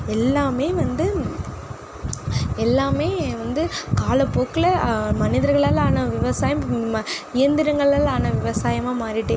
எல்லாமே வந்து எல்லாமே வந்து காலப்போக்கில் மனிதர்களால் ஆன விவசாயம் இயந்திரங்களால் ஆன விவசாயமாக மாறிட்டு